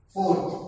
Fourth